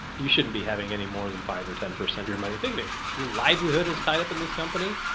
you shouldn't be having any more than five or ten percent of your money. think of it. your livelihood is tied up in this company.